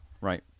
Right